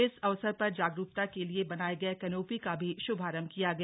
इस अवसर पर जागरूकता के लिए बनाए गए कैनोपी का भी शुभारम्भ किया गया